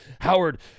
Howard